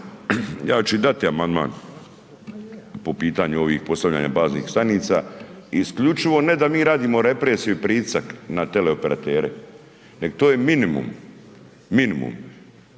Ja ću i dati amandman po pitanju ovih postavljanja baznih stanica i isključivo ne da mi radimo represiju i pritisak na teleoperatere, neg to je minimum, minimum